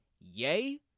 yay